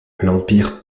l’empire